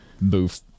boof